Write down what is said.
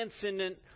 transcendent